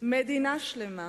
מדינה שלמה,